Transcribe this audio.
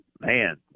man